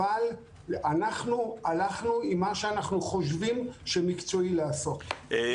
אבל אנחנו הלכנו עם מה שאנחנו חושבים שמקצועי לעשות,